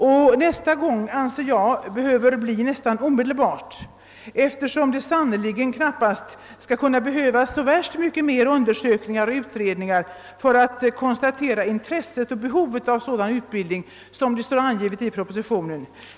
Och nästa gång anser jag behöver bli nästan omedelbart, eftersom det sannerligen knappast skall behövas så värst mycket flera undersökningar och utredningar för att konstatera intresset och behovet av sådan utbildning som föreslås i proposi tionen.